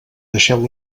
deixeu